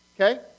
okay